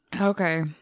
Okay